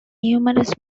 numerous